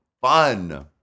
fun